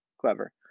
clever